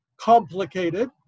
complicated